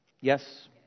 Yes